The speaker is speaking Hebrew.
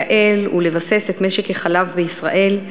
לייעל ולבסס את משק החלב בישראל,